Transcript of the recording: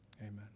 Amen